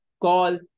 call